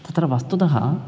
तत्र वस्तुतः